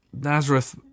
Nazareth